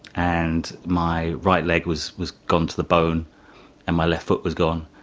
and my right leg was was gone to the bone and my left foot was gone.